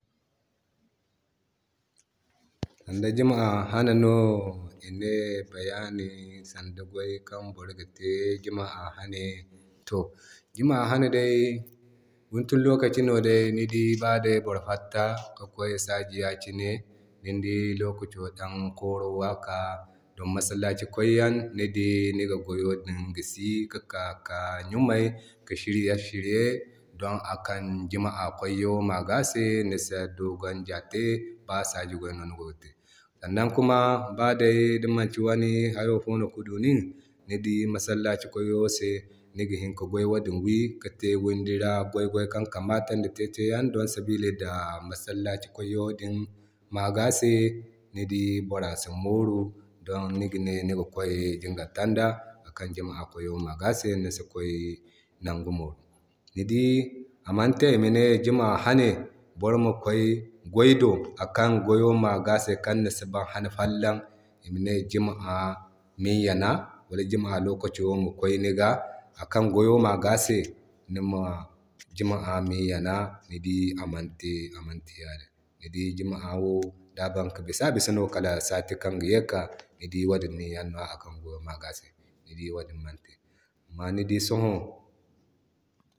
To Jumma hane no ine bayani sanda goy kan boro ga te Jumma hane. To Jumma hane day guntun lokaci no day, ni dii ba day boro fatta ki kway saji yakine, din dii lokaco korowa haka don masallaci kway yaŋ ni dii niga goyo gisi kika ki ɲumay ki shirye shirye don akan Jumma kway yaŋo maga se nisi dugunja te, baa saji goy no nigogi te. Sannan kuma ba day di manti wani hayo fo ki du nin ni di masallaci kwayaŋo se nigi hini ki goyo din wii ki te windi ra goy goy kan kamata di teyan don sabili da masallaci kwayaŋo di se ni dii bora si mooru don niga ne niga kway jiŋgara tanda akan Jumma kway maga nisi kway nangu mooro. Ni dii amante ima ne Jumma hane boro ma kway goy do akan goy maga kan ni si ban hani follan ima ne Jumma nin yana wala Jumma lokico ma kway ni ga akan goy maga se nima jumma min yana, ni dii amante, amante yadin. Ni dii jumma wo da bankin bisa a bisa nwa kal sati kan gi ye ki ka, ni dii wadin nin yana nwa akan goyo maga se. Ni dii wadin man te.